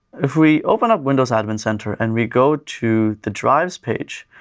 if we open up windows admin center and we go to the drives page,